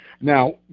Now